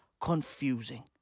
confusing